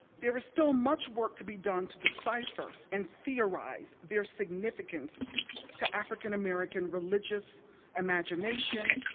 there is still much work to be done to decipher and theorize their significance to african american religious imagination